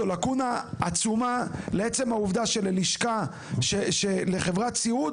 זאת לקונה עצומה לעצם העובדה שלחברת סיעוד